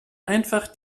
einfach